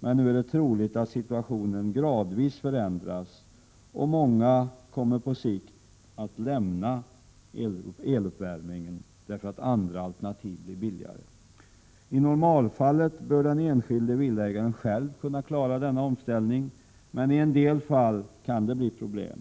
men nu är det troligt att situationen gradvis förändras, och många kommer på sikt att lämna eluppvärmningen därför att andra alternativ blir billigare. I normalfallet bör den enskilde villaägaren självt kunna klara denna omställning, men i en del fall kan det uppstå problem.